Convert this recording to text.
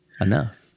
enough